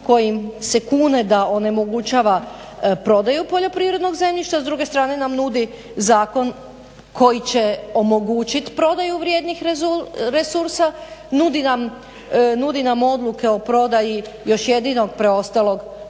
kojim se kune da onemogućava prodaju poljoprivrednog zemljišta, s druge strane nam nudi zakon koji će omogućit prodaju vrijednih resursa. Nudi nam odluke o prodaji još jedinog preostalog